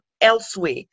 elsewhere